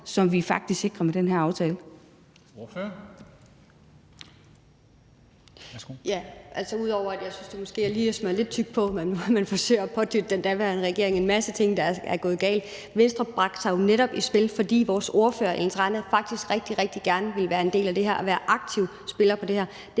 vi faktisk laver med den her aftale.